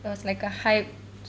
it was like a hype so